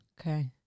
Okay